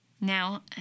Now